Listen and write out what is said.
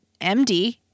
MD